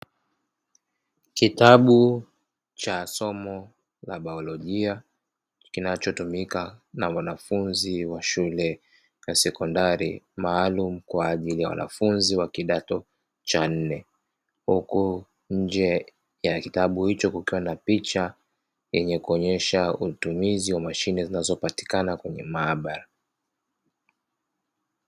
Kitabu cha somo la baiolojia, kinachotumika na mwanafunzi wa shule na sekondari; maalumu kwa ajili ya wanafunzi wa kidato cha nne. Huku nje ya kitabu hicho kukiwa na picha yenye kuonyesha utumizi wa mashine zinazopatikana kwenye maabara.